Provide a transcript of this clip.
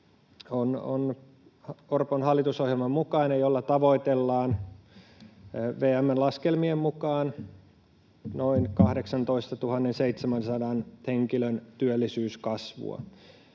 on Orpon hallitusohjelman mukainen, ja sillä tavoitellaan VM:n laskelmien mukaan noin 18 700 henkilön työllisyyskasvua